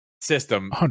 system